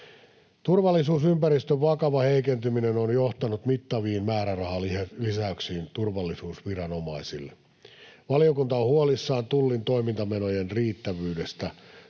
Turvallisuusympäristön vakava heikentyminen on johtanut mittaviin määrärahalisäyksiin turvallisuusviranomaisille. Valiokunta on huolissaan Tullin toimintamenojen riittävyydestä.